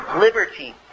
liberty